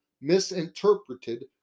misinterpreted